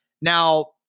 Now